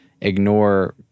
ignore